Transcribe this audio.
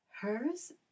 Hers